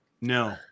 No